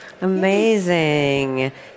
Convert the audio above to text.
amazing